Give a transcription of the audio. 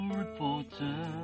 reporter